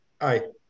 Aye